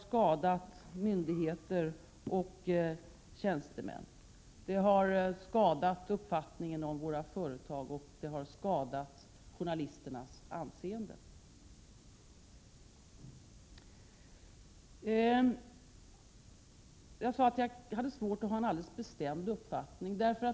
skadat myndigheter och tjänstemän, skadat uppfattningen om våra företag och skadat journalisternas anseende. Jag sade att jag hade svårt att ha en alldeles bestämd uppfattning.